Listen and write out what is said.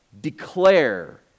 declare